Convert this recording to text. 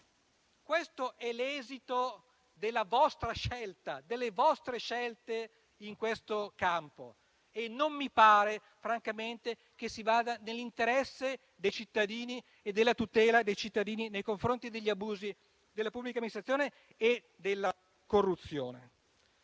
Questo è l'esito delle vostre scelte in tale campo. Non mi pare francamente che si vada nella direzione dell'interesse e della tutela dei cittadini nei confronti degli abusi della pubblica amministrazione e della corruzione.